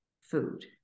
food